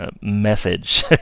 message